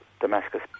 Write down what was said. Damascus